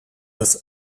das